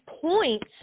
points